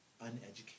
uneducated